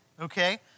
okay